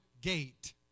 gate